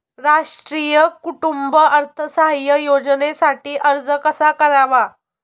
राष्ट्रीय कुटुंब अर्थसहाय्य योजनेसाठी अर्ज कसा करावा?